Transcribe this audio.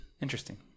Interesting